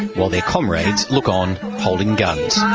while their comrades look on holding guns.